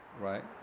right